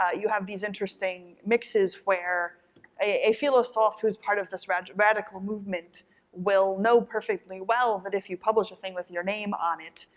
ah you have these interesting mixes where a philosoph who's part of this radical radical movement will know perfectly well that if you publish a thing with your name on it,